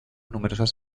numerosas